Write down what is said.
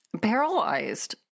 paralyzed